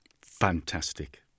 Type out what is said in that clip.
fantastic